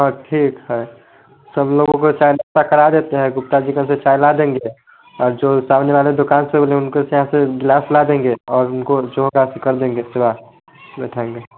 हाँ ठीक है सब लोगों को चाय नाश्ता करा देते हैं गुप्ता जी के यहाँ से चाय ला देंगे और जो सामने वाले दुकान से बोलें उनको चाय से ग्लास ला देंगे और उनको जो होगा कर देंगे बिठाएँगे